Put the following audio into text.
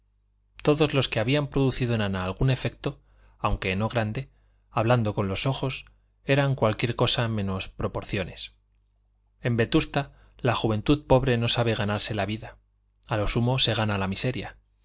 todos los que habían producido en ana algún efecto aunque no grande hablando con los ojos eran cualquier cosa menos proporciones en vetusta la juventud pobre no sabe ganarse la vida a lo sumo se gana la miseria